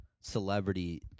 celebrity